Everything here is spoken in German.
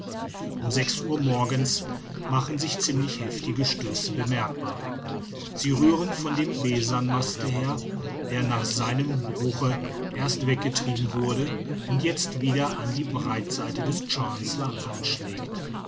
um sechs uhr morgens machen sich ziemlich heftige stöße bemerkbar sie rühren von dem besanmaste her der nach seinem bruche erst weggetrieben wurde und jetzt wieder an die breitseite des chancellor anschlägt